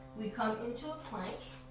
we come into a plank.